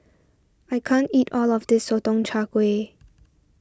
I can't eat all of this Sotong Char Kway